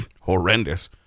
horrendous